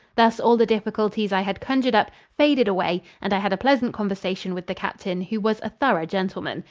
thus all the difficulties i had conjured up faded away and i had a pleasant conversation with the captain, who was a thorough gentleman.